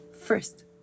First